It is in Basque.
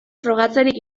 frogatzerik